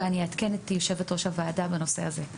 ואני אעדכן את יושבת ראש הוועדה בעניין הזה.